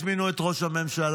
הזמינו את ראש הממשלה.